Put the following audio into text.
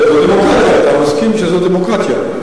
זה דמוקרטיה, אתה מסכים שזה דמוקרטיה.